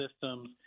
systems